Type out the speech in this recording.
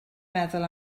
meddwl